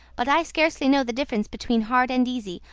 but i scarcely know the difference between hard and easy.